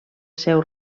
seu